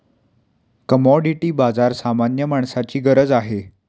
commodity बाजार सामान्य माणसाची गरज आहे